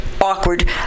awkward